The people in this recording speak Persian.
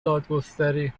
دادگستری